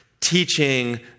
teaching